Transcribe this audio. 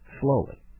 slowly